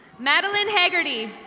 madeline hagerty.